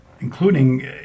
including